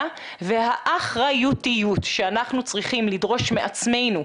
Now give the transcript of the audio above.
והאחריותיות שאנחנו צריכים לדרוש מעצמנו,